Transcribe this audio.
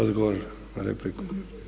Odgovor na repliku.